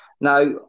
Now